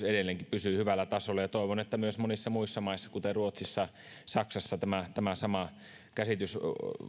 edelleenkin pysyy hyvällä tasolla ja toivon että myös monissa muissa maissa kuten ruotsissa ja saksassa tämä tämä sama käsitys